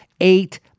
Eight